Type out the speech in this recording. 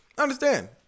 understand